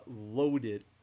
loaded